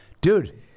Dude